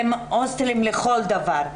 הם הוסטלים לכל דבר,